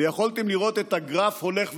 יכולתם לראות את הגרף הולך ויורד,